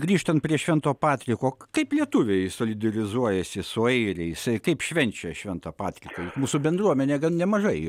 grįžtant prie švento patriko kaip lietuviai solidarizuojasi su airiais kaip švenčia šv patriką mūsų bendruomenė gan nemažai